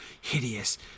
hideous